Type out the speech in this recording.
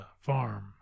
farm